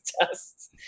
tests